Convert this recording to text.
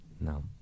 No